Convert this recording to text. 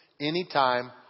anytime